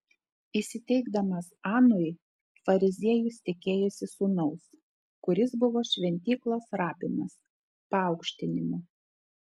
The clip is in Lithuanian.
įsiteikdamas anui fariziejus tikėjosi sūnaus kuris buvo šventyklos rabinas paaukštinimo